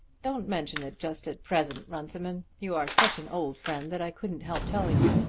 don't mention it just at present, runciman. you are such an old friend that i couldn't help telling you.